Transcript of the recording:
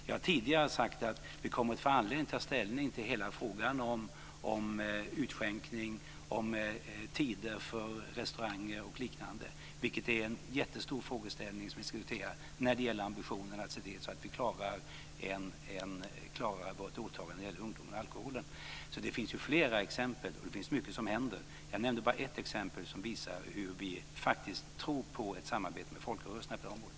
Jag har tidigare sagt att vi kommer att få anledning att ta ställning till hela frågan om utskänkning, om tider för restauranger och liknande. Det är en jättestor frågeställning som vi diskuterar när det gäller ambitionen att se till att vi klarar vårt åtagande för ungdomar och alkohol. Det finns alltså flera exempel, och det finns mycket som händer. Jag nämnde bara ett exempel som visar hur vi faktiskt tror på ett samarbete med folkrörelserna på det här området.